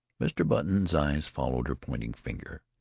mr. button's eyes followed her pointing finger,